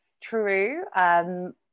true